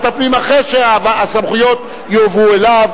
הפנים אחרי שהסמכויות יועברו אליו,